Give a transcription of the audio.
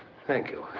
thank you.